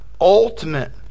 ultimate